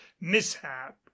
mishap